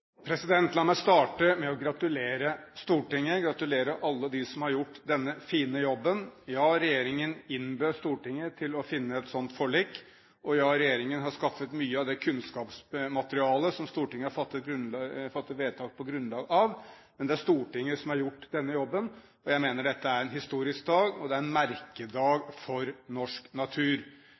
La meg starte med å gratulere Stortinget, gratulere alle dem som har gjort denne fine jobben. Regjeringen innbød Stortinget til å finne et sånt forlik, og regjeringen har skaffet mye av det kunnskapsmaterialet som Stortinget har fattet vedtak på grunnlag av. Men det er Stortinget som har gjort denne jobben, og jeg mener dette er en historisk dag, og det er en merkedag for norsk natur.